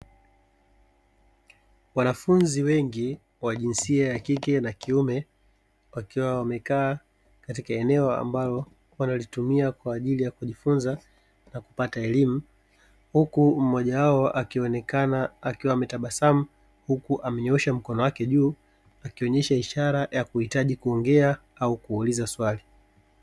Wanafunzi wengi wa jinsia ya kike na kiume, wakiwa wamekaa katika eneo ambalo wanalitumia kwa ajili ya kujifunza na kupata elimu, huku mmoja wao akionekana akiwa ametabasamu, huku amenyoosha mkono wake juu akionyesha ishara ya kuhitaji kuongea au kuuliza swali.